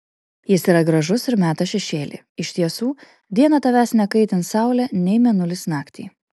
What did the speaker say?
jis yra gražus ir meta šešėlį iš tiesų dieną tavęs nekaitins saulė nei mėnulis naktį